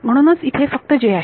म्हणूनच इथे फक्त j आहे